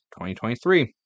2023